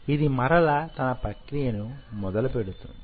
ఇది మరల తన ప్రక్రియను మొదలు పెడుతుంది